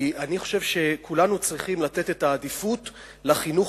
כי אני חושב שכולנו צריכים לתת את העדיפות לחינוך